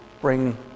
bring